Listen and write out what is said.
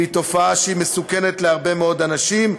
והיא מסוכנת להרבה מאוד אנשים.